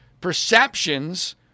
perceptions